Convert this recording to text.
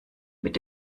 mit